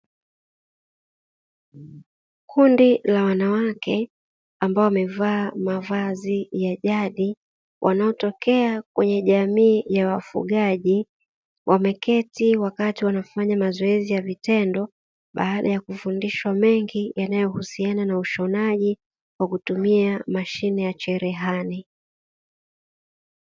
Kundi la wanawake ambao wamevaa mavazi ya jadi wanaotokea kwenye jamii ya wafugaji, wameketi wakati wanafanya mazoezi ya vitendo baada ya kufundishwa mengi yanayohusiana na ushonaji wa kutumia mashine ya cherehani.